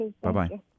Bye-bye